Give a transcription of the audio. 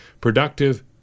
Productive